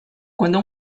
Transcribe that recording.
cuando